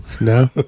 No